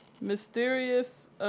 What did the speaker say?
mysterious